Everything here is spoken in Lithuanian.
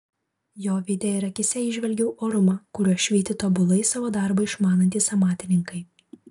jo veide ir akyse įžvelgiau orumą kuriuo švyti tobulai savo darbą išmanantys amatininkai